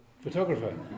photographer